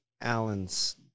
Allen's